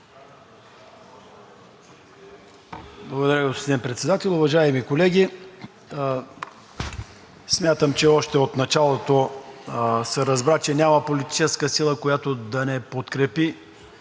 Благодаря Ви, господин Председател. Уважаеми колеги, смятам, че още от началото се разбра, че няма политическа сила, която да не подкрепи